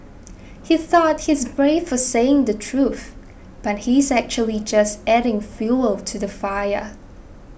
he thought he's brave for saying the truth but he's actually just adding fuel to the fire